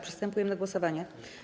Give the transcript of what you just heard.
Przystępujemy do głosowania.